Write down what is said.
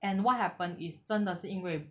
and what happened is 真的是因为